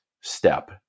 step